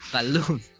balloon